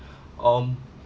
um